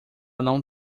não